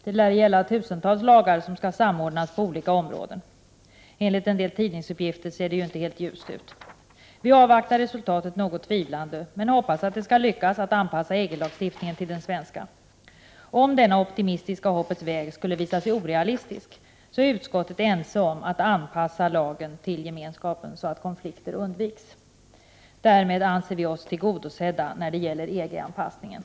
Det lär gälla tusentals lagar som skall samordnas på olika områden. Enligt en del tidningsuppgifter ser det inte helt ljust ut. Vi avvaktar resultatet något tvivlande, men vi hoppas att det skall lyckas att anpassa EG-lagstiftningen till den svenska. Om denna optimistiska hoppets väg skulle visa sig orealistisk, är utskottet ense om att anpassa lagen till gemenskapen så att konflikter undviks. Därmed anser vi oss tillgodosedda när det gäller EG-anpassningen.